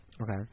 Okay